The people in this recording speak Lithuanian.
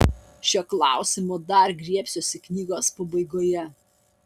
šio klausimo dar griebsiuosi knygos pabaigoje